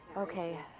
okay.